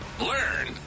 learn